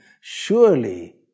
Surely